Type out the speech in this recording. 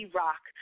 rock